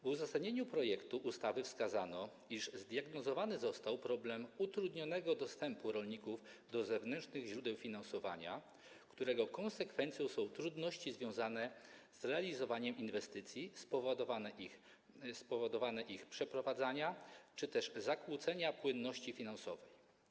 W uzasadnieniu projektu ustawy wskazano, iż zdiagnozowany został problem utrudnionego dostępu rolników do zewnętrznych źródeł finansowania, którego konsekwencjami są trudności związane z realizowaniem inwestycji, spowolnienie ich przeprowadzania czy też zakłócenia płynności finansowej.